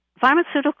Pharmaceutical